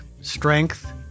strength